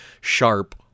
sharp